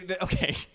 Okay